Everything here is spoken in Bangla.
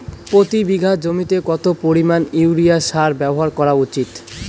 প্রতি বিঘা জমিতে কত পরিমাণ ইউরিয়া সার ব্যবহার করা উচিৎ?